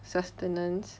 sustenance